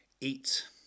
eat